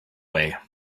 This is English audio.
way